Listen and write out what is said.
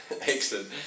excellent